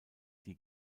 die